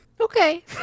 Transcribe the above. Okay